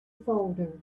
folder